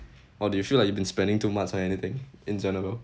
or do you feel like you've been spending too much or anything in general